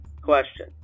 Question